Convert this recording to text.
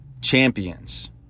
champions